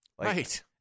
Right